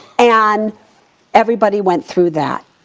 and everybody went through that.